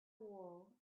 wool